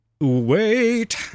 Wait